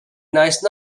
nice